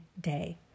day